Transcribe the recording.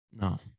no